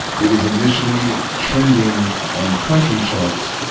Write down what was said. it was initially trending on the country charts.